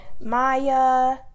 Maya